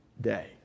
day